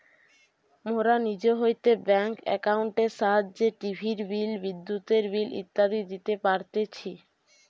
মোরা নিজ হইতে ব্যাঙ্ক একাউন্টের সাহায্যে টিভির বিল, বিদ্যুতের বিল ইত্যাদি দিতে পারতেছি